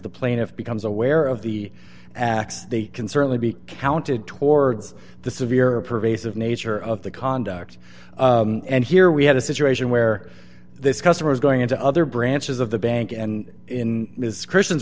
the plaintiff becomes aware of the acts they can certainly be counted towards the severe or pervasive nature of the conduct and here we have a situation where this customer is going into other branches of the bank and in his christian